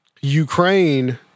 Ukraine